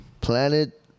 Planet